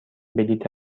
بلیط